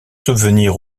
subvenir